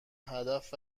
هدف